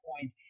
point